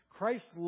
Christ